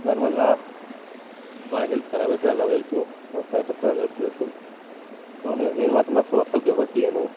దానివల్ల వాడి హెల్త్ ఖరాబ్ అవుతుందని నాకు తెలుసు వాడికి సైట్ వస్తుంది అని నాకు తెలుసు సో నేను మాత్రం నా ఫోన్ అసలు ఎవరికి ఇయ్యను